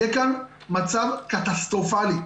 יהיה כאן מצב קטסטרופלי.